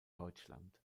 deutschland